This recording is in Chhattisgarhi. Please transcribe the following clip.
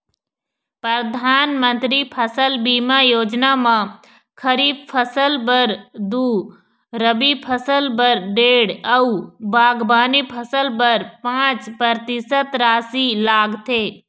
परधानमंतरी फसल बीमा योजना म खरीफ फसल बर दू, रबी फसल बर डेढ़ अउ बागबानी फसल बर पाँच परतिसत रासि लागथे